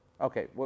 Okay